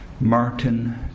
Martin